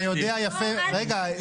אתה יודע יפה ------ רגע,